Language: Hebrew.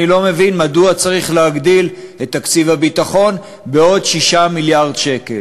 אני לא מבין מדוע צריך להגדיל את תקציב הביטחון בעוד 6 מיליארד שקל.